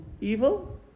evil